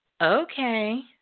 Okay